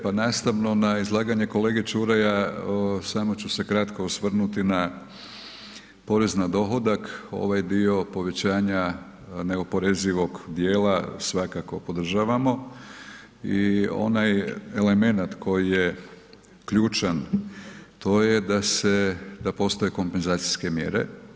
Pa nastavno na izlaganje kolege Čuraja, samo ću se kratko osvrnuti na porez na dohodak, ovaj dio povećanja neoporezivog djela svakako podržavamo i onaj elemenat koji je ključan, to je da postoje kompenzacijske mjere.